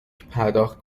پرداخت